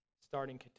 starting